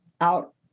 out